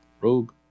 Rogue